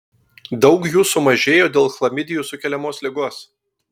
daug jų sumažėjo dėl chlamidijų sukeliamos ligos